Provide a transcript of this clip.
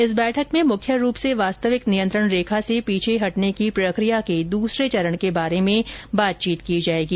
इस बैठक में मुख्य रूप से वास्तविक नियंत्रण रेखा से पीछे हटने की प्रक्रिया के दूसरे चरण के बारे में बातचीत की जाएगी